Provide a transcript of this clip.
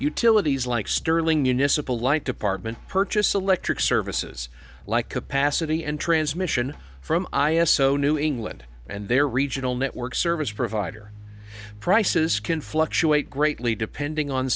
utilities like stirling municipal like department purchase electric services like capacity and transmission from new england and their regional network service provider prices can fluctuate greatly depending on